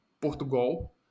Portugal